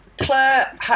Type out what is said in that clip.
Claire